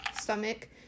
stomach